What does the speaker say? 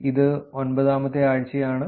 ഇത് 9 ആമത്തെ ആഴ്ച്ച ആണ്